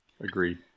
Agreed